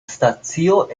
stacio